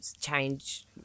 change